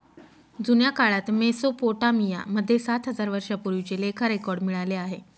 जुन्या काळात मेसोपोटामिया मध्ये सात हजार वर्षांपूर्वीचे लेखा रेकॉर्ड मिळाले आहे